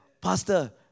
Pastor